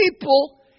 people